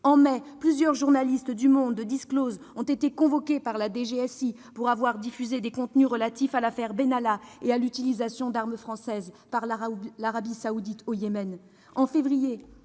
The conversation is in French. En mai, plusieurs journalistes du et de ont été convoqués par la DGSI pour avoir diffusé des contenus relatifs à l'affaire Benalla et à l'utilisation d'armes françaises par l'Arabie saoudite au Yémen.